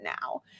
now